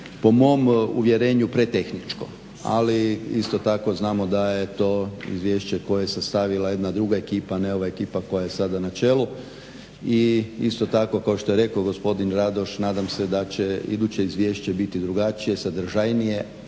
po mom uvjerenju pretehničko, ali isto tako znamo da je to izvješće koje je sastavila jedna druga ekipa, ne ova ekipa koja je sada na čelu. I isto tako kao što je rekao gospodin Radoš, nadam se da će iduće izvješće biti drugačije, sadržajnije.